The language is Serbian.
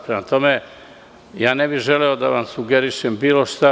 Prema tome, ne bih želeo da vam sugerišem bilo šta.